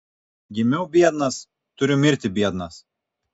gimiau biednas turiu mirti biednas